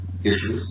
issues